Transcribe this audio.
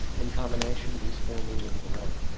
in combination these four mediums alone,